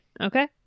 Okay